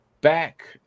back